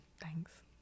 Thanks